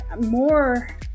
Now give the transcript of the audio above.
more